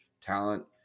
talent